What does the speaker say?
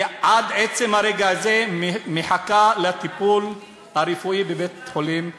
היא עד עצם הרגע הזה מחכה לטיפול רפואי בבית-החולים "מאיר"